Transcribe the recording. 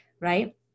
right